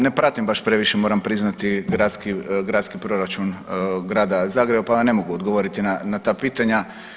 Ne pratim baš previše moram priznati gradski proračun Grada Zagreba, pa vam ne mogu odgovoriti na ta pitanja.